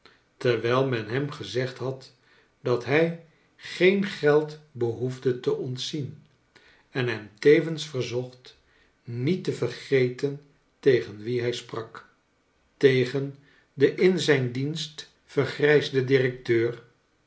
terwijl men hem gezegd had dat hij geen geld behoefde te ontzien en hem tcvens verzocht niet te vcrgeten tegen wie hij sprak tegen den in zijn dienst vergrijsden charles dickens directeur